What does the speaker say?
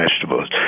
vegetables